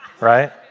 right